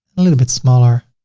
a little bit smaller,